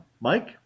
Mike